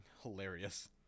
Hilarious